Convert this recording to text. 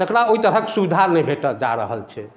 तेकरा ओहि तरह के सुविधा नहि भेटऽ जा रहल छै